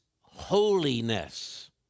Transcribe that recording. holiness